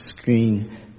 screen